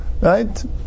right